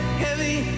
heavy